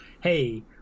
hey